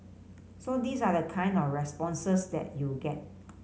so these are the kind of responses that you'd get